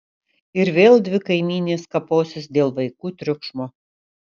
ir vėl dvi kaimynės kaposis dėl vaikų triukšmo